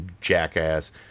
jackass